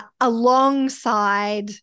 alongside